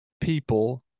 people